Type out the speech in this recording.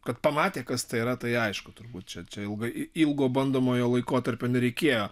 kad pamatė kas tai yra tai aišku tubūt čia čia ilgai ilgo bandomojo laikotarpio nereikėjo